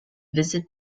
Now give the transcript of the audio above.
visit